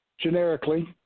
generically